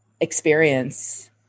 experience